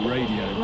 Radio